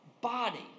body